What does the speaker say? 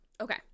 Okay